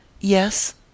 Yes